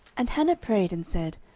and hannah prayed, and said,